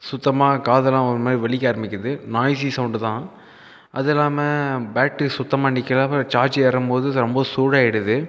சுத்தமாக காதெல்லாம் ஒருமாதிரி வலிக்க ஆரம்பிக்கிது நாய்ஸி சவுண்டு தான் அது இல்லாமல் பேட்டரி சுத்தமாக நிற்கல அப்புறம் சார்ஜ் ஏறும் போது ரொம்ப சூடாக ஆகிடுது